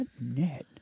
.net